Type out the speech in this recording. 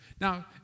Now